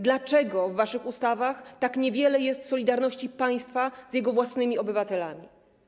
Dlaczego w waszych ustawach tak niewiele jest solidarności państwa z jego własnymi obywatelami?